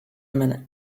minute